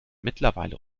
mittlerweile